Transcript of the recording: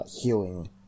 healing